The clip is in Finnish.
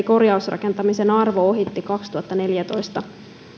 korjausrakentamisen arvo ohitti kaksituhattaneljätoista